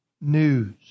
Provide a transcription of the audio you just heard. news